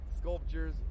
sculptures